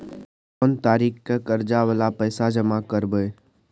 कोन तारीख के कर्जा वाला पैसा जमा करबे?